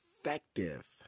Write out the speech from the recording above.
effective